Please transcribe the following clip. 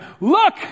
look